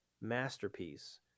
masterpiece